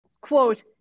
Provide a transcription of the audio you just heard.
Quote